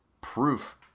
proof